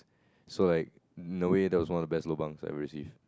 so like in a way that was one of the best lobangs I ever received